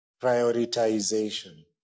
prioritization